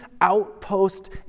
outpost